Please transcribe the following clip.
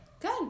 Good